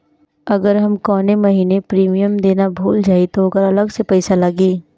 अगर हम कौने महीने प्रीमियम देना भूल जाई त ओकर अलग से पईसा लागी?